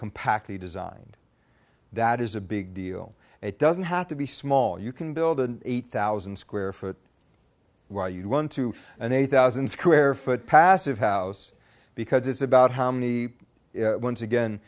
compactly designed that is a big deal and it doesn't have to be small you can build an eight thousand square foot where you'd want to an eight thousand square foot passive house because it's about how many once again